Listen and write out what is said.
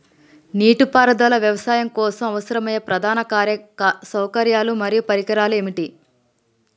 నీటిపారుదల వ్యవసాయం కోసం అవసరమయ్యే ప్రధాన సౌకర్యాలు మరియు పరికరాలు ఏమిటి?